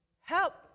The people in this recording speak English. help